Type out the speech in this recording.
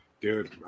Dude